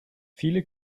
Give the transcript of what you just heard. viele